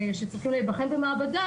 ושצריכים להיבחן במעבדה,